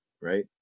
right